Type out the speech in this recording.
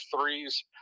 threes